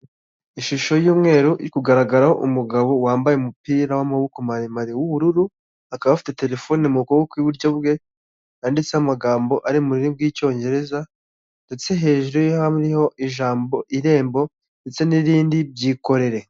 Ishusho y'umweru iri kugaragara umugabo wambaye umupira w'amaboko maremare w'ubururu, akaba afite telefone mu kuboko kw'iburyo bwe yanditseho amagambo ari mu rurimi rw'icyongereza ndetse hejuru ye hariho ijambo irembo ndetse n'irindi byikorere.